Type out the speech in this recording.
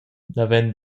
naven